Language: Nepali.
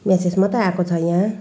म्यासेज मात्रै आएको छ यहाँ